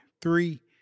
three